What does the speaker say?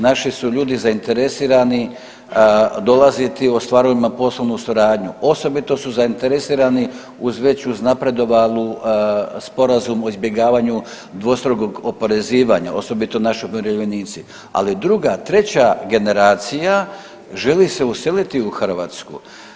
Naši su ljudi zainteresirani dolaziti ostvariti poslovnu suradnju, osobito su zainteresirani uz veću uznapredovanu sporazum o izbjegavanju dvostrukog oporezivanja osobito naši umirovljenici, ali druga treća generacija želi se useliti u Hrvatsku.